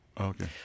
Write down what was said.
Okay